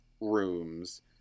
rooms